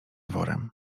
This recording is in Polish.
worem